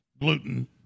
gluten